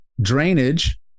Drainage